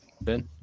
ben